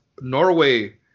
Norway